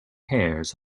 hairs